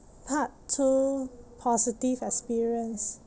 part two positive experience